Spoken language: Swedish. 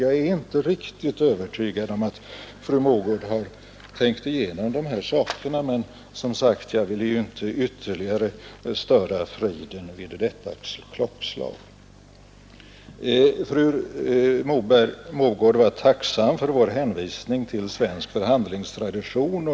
Jag är inte riktigt övertygad om att fru Mogård har tänkt igenom dessa saker. Men jag vill som sagt inte ytterligare störa friden vid detta klockslag. Fru Mogård var tacksam för vår hänvisning till svensk förhandlingstradition.